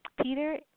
Peter